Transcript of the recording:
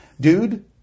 dude